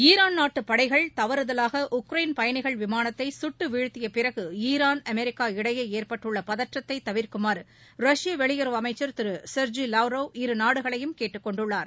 Iran நாட்டுப் படைகள் தவறுதலாக உக்ரைன் பயணிகள் விமானத்தை சுட்டு வீழ்த்திய பிறகு ஈராள் அமெரிக்கா இடையே ஏற்பட்டுள்ள பதற்றத்தை தவிர்க்குமாறு ரஷ்ய வெளியறவு அமைச்சர் திரு செர்ஜி வாவ்ரவ் இருநாடுகளையும் கேட்டுக்கொண்டுள்ளார்